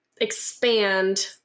expand